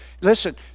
Listen